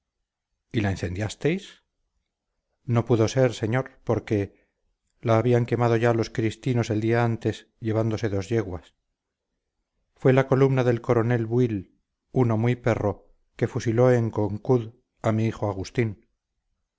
y la incendiasteis no pudo ser señor porque la habían quemado ya los cristinos el día antes llevándose dos yeguas fue la columna del coronel buil uno muy perro que fusiló en concud a mi hijo agustín